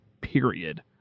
period